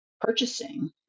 purchasing